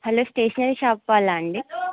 hello stationery shop వాళ్ళా అండి